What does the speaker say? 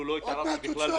אפילו לא התערבתי בדיון.